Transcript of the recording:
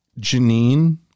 Janine